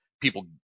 people